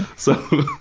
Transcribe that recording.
so.